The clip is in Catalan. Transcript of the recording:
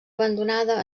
abandonada